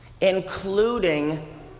including